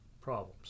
problems